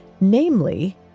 Namely